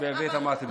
בטמרה,